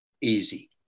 easy